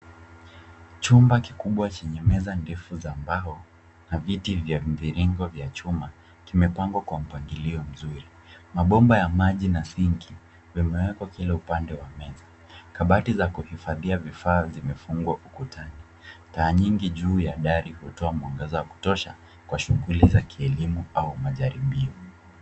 Chumba kikubwa chenye meza ndefu za mbao na viti vya mviringo vya chuma kimepangwa kwa mpangilio mzuri. Mabomba ya maji na sinki vimewekwa kila upande wa meza. Kabati za kuhifadhia vifaa zimefungwa ukutani. Taa nyingi juu ya dari zinatoa mwangaza wa kutosha kwa shughuli za kielimu au majaribio.